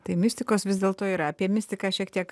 tai mistikos vis dėlto yra apie mistiką šiek tiek